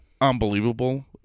unbelievable